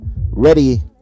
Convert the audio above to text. ready